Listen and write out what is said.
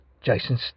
Jason